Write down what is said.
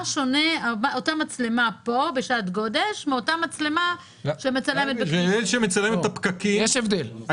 מה שונה המצלמה פה בשעת גודש מן המצלמה שמצלמת בכביש 6?